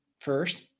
first